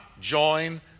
join